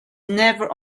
never